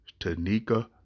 Tanika